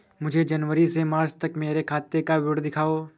मुझे जनवरी से मार्च तक मेरे खाते का विवरण दिखाओ?